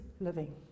living